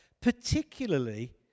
particularly